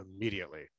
immediately